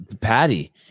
patty